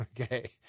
okay